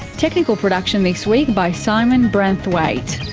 technical production this week by simon branthwaite,